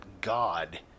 God